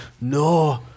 No